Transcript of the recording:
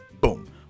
boom